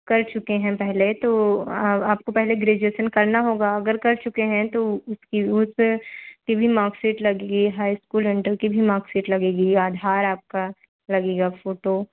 कर चुके हैं पहले तो आपको पहले ग्रेजयूसन करना होगा अगर कर चुके हैं तो उस की उस की भी मार्क्सशीट लगेगी हाई इस्कूल इंटर की भी मार्क्सशीट लगेगी या आधार आपका लगेगा फोटो